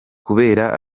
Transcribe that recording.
kubera